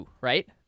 right